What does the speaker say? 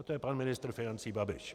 A to je pan ministr financí Babiš.